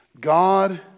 God